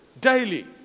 daily